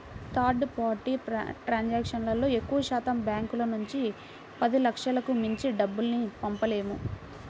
third party ట్రాన్సాక్షన్తో ఎక్కువశాతం బ్యాంకుల నుంచి పదిలక్షలకు మించి డబ్బుల్ని పంపలేము